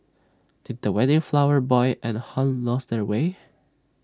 did the wedding flower boy and Hun lose their way